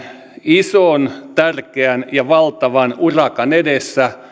ison tärkeän ja valtavan urakan edessä